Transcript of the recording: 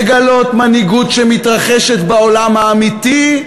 לגלות מנהיגות שמתרחשת בעולם האמיתי,